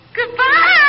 Goodbye